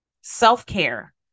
self-care